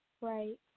Right